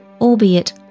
albeit